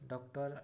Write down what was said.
doctor